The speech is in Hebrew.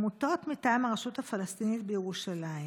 עמותות מטעם הרשות הפלסטינית בירושלים: